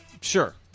Sure